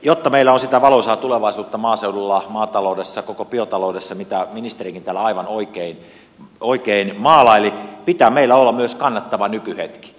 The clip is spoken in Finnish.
jotta meillä on maaseudulla maataloudessa ja koko biotaloudessa sitä valoisaa tulevaisuutta mitä ministerikin täällä aivan oikein maalaili pitää meillä olla myös kannattava nykyhetki